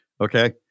Okay